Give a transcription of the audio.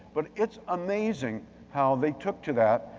but it's amazing how they took to that,